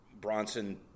Bronson